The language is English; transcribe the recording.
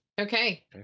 Okay